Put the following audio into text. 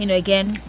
you know again,